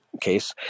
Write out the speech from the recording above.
case